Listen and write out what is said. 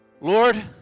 Lord